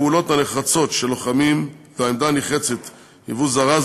הפעולות הנחרצות של לוחמים והעמדה הנחרצת היו זרז